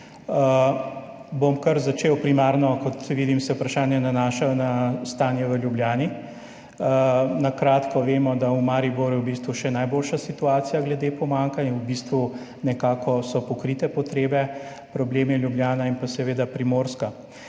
Bom kar začel primarno, kot vidim, se vprašanja nanašajo na stanje v Ljubljani. Na kratko, vemo, da je v Mariboru v bistvu še najboljša situacija glede pomanjkanja, v bistvu so nekako pokrite potrebe, problem sta Ljubljana in seveda Primorska.